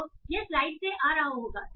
तो यह स्लाइड्स से आ रहा होगा